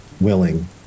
willing